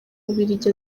bubiligi